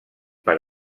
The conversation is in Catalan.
per